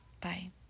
Bye